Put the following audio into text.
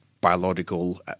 biological